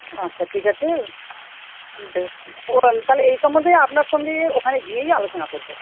আচ্ছা ঠিক আছে বেশ ও তাহলে এই সম্বন্ধে আপনার সঙ্গে ওখানে গিয়েই আলোচনা করবো